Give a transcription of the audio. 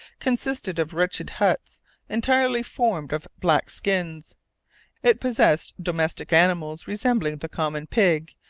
consisted of wretched huts entirely formed of black skins it possessed domestic animals resembling the common pig,